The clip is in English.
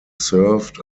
served